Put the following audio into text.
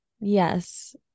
Yes